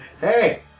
Hey